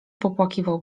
popłakiwał